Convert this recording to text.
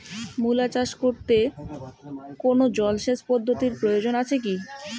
মূলা চাষ করতে কোনো জলসেচ পদ্ধতির প্রয়োজন আছে কী?